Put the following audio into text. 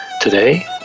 today